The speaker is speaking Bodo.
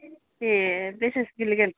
ए बेसेसो गोग्लैगोन